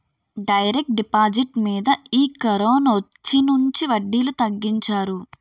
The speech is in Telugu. డైరెక్ట్ డిపాజిట్ మీద ఈ కరోనొచ్చినుంచి వడ్డీలు తగ్గించారు